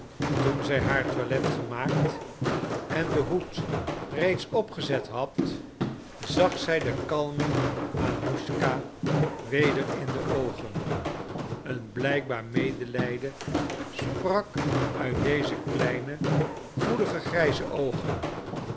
toen zij haar toilet gemaakt en den hoed reeds opgezet had zag zij de kalme annuschka weder in de oogen een blijkbaar medelijden sprak uit deze kleine goedige grijze oogen